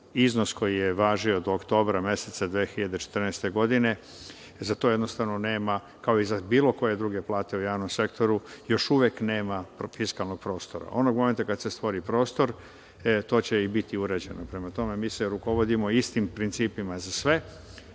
iznos koji je važio do oktobra meseca 2014. godine, za to jednostavno nema kao i za bilo koje druge plate u javnom sektoru još uvek nema profiskalnog prostora. Onog momenta kad se stvori prostor, e to će im biti urađeno. Prema tome, mi se rukovodimo istim principima za